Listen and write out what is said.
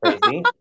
crazy